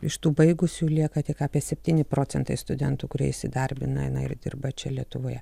iš tų baigusių lieka tik apie septyni procentai studentų kurie įsidarbina na ir dirba čia lietuvoje